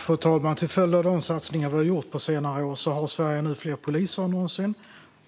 Fru talman! Till följd av de satsningar vi har gjort på senare år har Sverige fler poliser än någonsin,